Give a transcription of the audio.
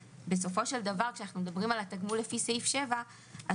בסופו של דבר כשאנחנו מדברים על התגמול לפי סעיף 7 אז,